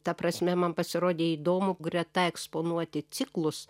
ta prasme man pasirodė įdomu greta eksponuoti ciklus